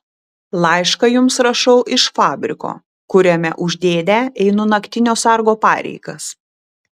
laišką jums rašau iš fabriko kuriame už dėdę einu naktinio sargo pareigas